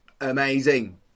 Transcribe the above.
Amazing